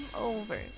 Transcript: over